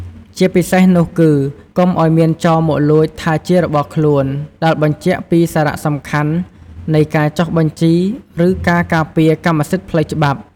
ជាពិសេសនោះគឺ កុំឱ្យមានចោរមកលួចថាជារបស់ខ្លួន ដែលបញ្ជាក់ពីសារៈសំខាន់នៃការចុះបញ្ជី ឬការការពារកម្មសិទ្ធិផ្លូវច្បាប់។